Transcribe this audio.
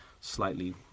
slightly